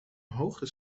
hoge